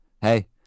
hey